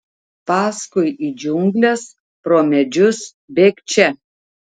paskui į džiungles pro medžius bėgčia